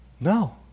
No